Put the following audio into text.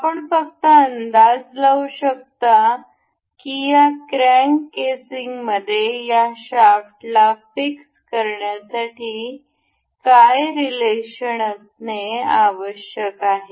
आपण फक्त अंदाज लावू शकता की या क्रॅंक केसिंगमध्ये या शाफ्टला फिक्स करण्यासाठी काय रिलेशन असणे आवश्यक आहे